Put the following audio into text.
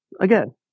Again